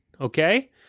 okay